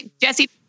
Jesse